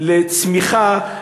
לצמיחה,